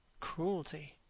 cruelty!